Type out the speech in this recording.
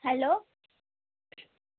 hello